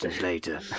later